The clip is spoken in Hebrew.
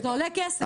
זה עולה כסף.